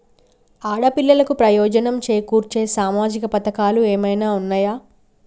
ఆడపిల్లలకు ప్రయోజనం చేకూర్చే సామాజిక పథకాలు ఏమైనా ఉన్నయా?